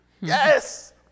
Yes